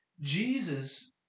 Jesus